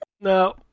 No